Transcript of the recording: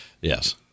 yes